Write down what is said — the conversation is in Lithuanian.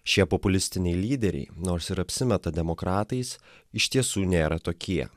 šie populistiniai lyderiai nors ir apsimeta demokratais iš tiesų nėra tokie